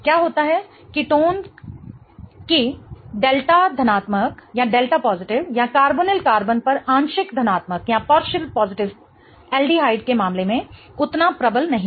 क्या होता है कीटोन कि डेल्टा धनात्मक या कार्बोनिल कार्बन पर आंशिक धनात्मक एल्डिहाइड के मामले में उतना प्रबल नहीं है